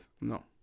no